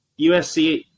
USC